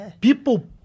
People